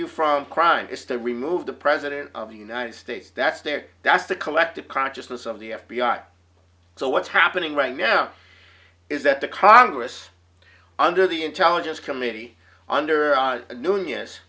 you from crime is to remove the president of the united states that's there that's the collective consciousness of the f b i so what's happening right now is that the congress under the intelligence committee under a new name is